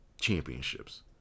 championships